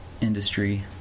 industry